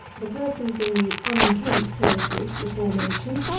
the persons in the unkent places before mentioned,